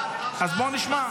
אז בוא נשמע.